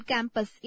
Campus